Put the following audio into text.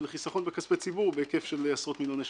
ולחיסכון בכספי ציבור בהיקף של עשרות מיליוני שקלים.